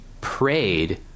prayed